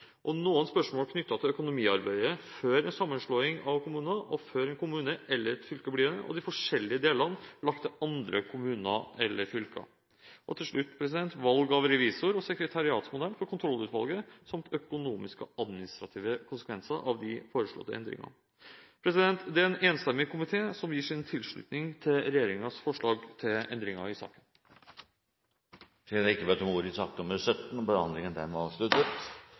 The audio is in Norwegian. noen spørsmål knyttet til økonomiarbeidet før en sammenslåing og før en kommune eller fylke blir delt, og de forskjellige delene blir lagt til andre kommuner eller fylker Til slutt omhandler forslagene valg av revisor og sekretariatsmodell for kontrollutvalget samt økonomiske og administrative konsekvenser av de foreslåtte endringene. Det er en enstemmig komité som gir sin tilslutning til regjeringens forslag til endringer i loven. Flere har ikke bedt om ordet til sak nr. 17.